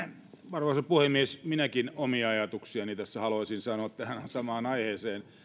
arvoisa puhemies minäkin omia ajatuksiani tässä haluaisin sanoa tähän samaan aiheeseen